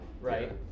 right